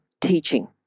teaching